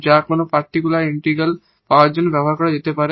যা কোন particular integral পাওয়ার জন্য ব্যবহার করা যেতে পারে